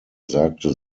sagte